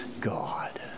God